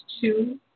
two